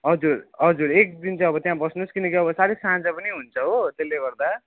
हजुर हजुर एक दिन चाहिँ अब त्यहाँ बस्नुहोस् किनकि अब साह्रै साँझ पनि हुन्छ हो त्यसले गर्दा